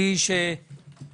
בוקר טוב.